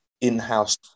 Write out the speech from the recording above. in-house